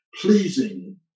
pleasing